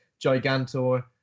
Gigantor